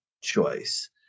choice